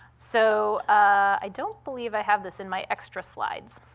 so i don't believe i have this in my extra slides,